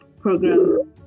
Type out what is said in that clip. program